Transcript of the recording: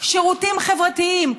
שירותים חברתיים.